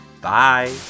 Bye